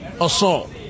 assault